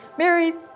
mary,